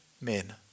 men